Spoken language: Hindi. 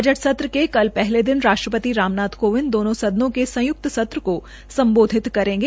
बजट सत्र के कल पहले दिन राष्ट्रपति राम नाथ कोविंद दोनों सदनो के संयुक्त सत्र को सम्बोधित करेंगे